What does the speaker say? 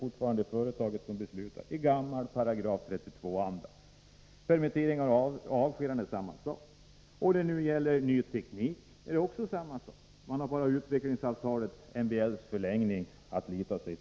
fortfarande företaget som beslutar — i gammal § 32-anda. Vid permitteringar och avskedanden gäller samma sak. När det gäller ny teknik är det också samma sak. Man har bara utvecklingsavtalet, MBL:s förlängning, att lita till.